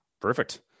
Perfect